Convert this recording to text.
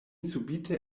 subite